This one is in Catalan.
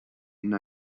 una